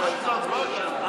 זה הצבעה שמית.